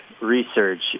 research